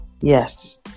yes